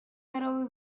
мировой